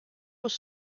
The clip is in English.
was